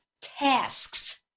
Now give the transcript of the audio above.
tasks